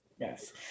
Yes